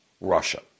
Russia